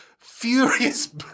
Furious